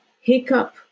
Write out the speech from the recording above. hiccup